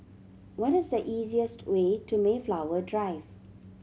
what is the easiest way to Mayflower Drive